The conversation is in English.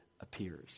appears